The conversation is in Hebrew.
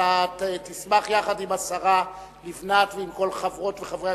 אתה תשמח יחד עם השרה לבנת ועם כל חברות וחברי